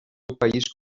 país